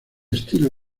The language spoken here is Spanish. estilo